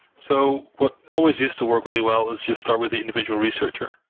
so what always used to work really well is just start with the individual researcher.